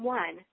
one